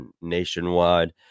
nationwide